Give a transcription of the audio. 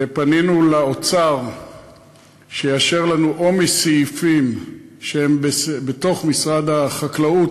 ופנינו לאוצר שיאשר לנו להעביר או מסעיף לסעיף בתוך משרד החקלאות